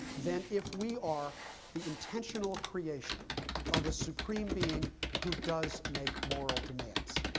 then if we are the intentional creation of a supreme being who does make moral demands.